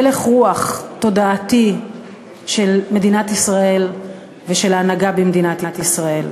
הלך רוח תודעתי של מדינת ישראל ושל ההנהגה במדינת ישראל.